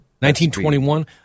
1921